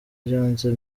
byanze